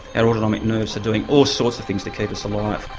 and autonomic nerves are doing all sorts of things to keep us alive.